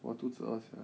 哇肚子饿 sia